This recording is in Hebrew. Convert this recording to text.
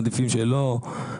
מעדיפים שלא.